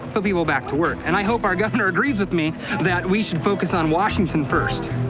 put people back to work, and i hope our governor agrees with me that we should focus on washington first.